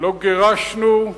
לא גירשנו.